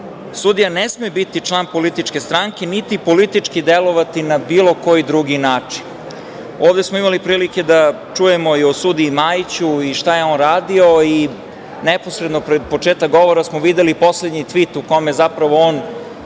sudija ne sme biti član političke stranke, niti politički delovati na bilo koji drugi način. Ovde smo imali prilike i da čujemo o sudiji Majiću, šta je on radio, i sneposredno pred početak govora smo videli poslednji tvit u kome se zapravo on